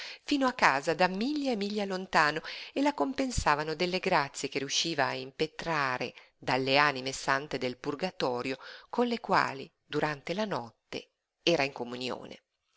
fino a casa da miglia e miglia lontano e la compensavano delle grazie che riusciva a impetrare dalle anime sante del purgatorio con le quali durante la notte era in comunione